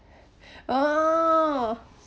oh